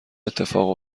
اتفاق